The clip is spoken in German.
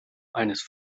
eines